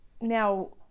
Now